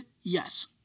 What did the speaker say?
Yes